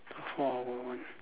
four hour one